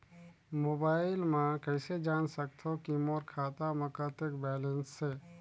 Mobile म कइसे जान सकथव कि मोर खाता म कतेक बैलेंस से?